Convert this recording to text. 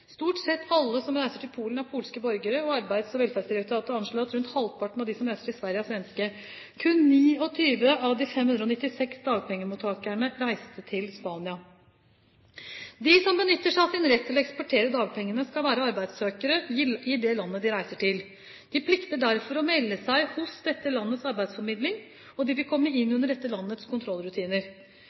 Stort sett alle som reiser til Polen, er polske borgere, og Arbeids- og velferdsdirektoratet anslår at rundt halvparten av dem som reiser til Sverige, er svenske. Kun 29 av de 596 dagpengemottakerne reiste til Spania. De som benytter seg av sin rett til å eksportere dagpengene, skal være arbeidssøkere i det landet de reiser til. De plikter derfor å melde seg hos dette landets arbeidsformidling, og de vil komme inn under dette landets kontrollrutiner.